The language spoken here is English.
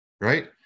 Right